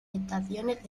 estaciones